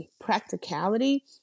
practicality